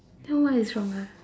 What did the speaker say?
then what is wrong ah